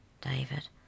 David